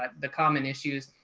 the common issues,